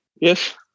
yes